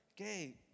okay